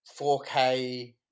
4K